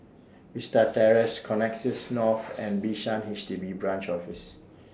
Vista Terrace Connexis North and Bishan H D B Branch Office